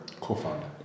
Co-founder